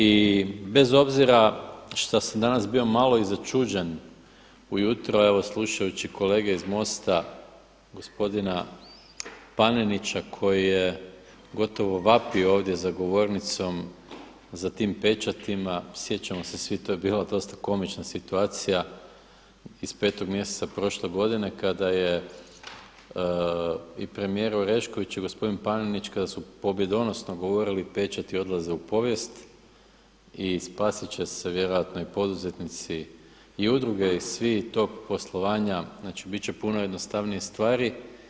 I bez obzira šta sam danas bio malo i začuđen ujutro slušajući kolege iz MOST-a gospodina Panenića koji je gotovo vapio ovdje za govornicom za tim pečatima, sjećamo se svi to je bilo dosta komična situacija iz petog mjeseca prošle godine kada je i premijer Orešković i gospodin Panenić kada su pobjedonosno govorili pečati odlaze u povijest i spasit će se vjerojatno i poduzetnici i udruge i svi i tok poslovanja, bit će puno jednostavnije stvari.